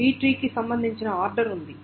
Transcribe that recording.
B tree కి సంబంధించిన order ఉంది